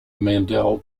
mandel